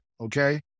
Okay